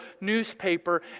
newspaper